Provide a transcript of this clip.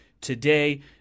Today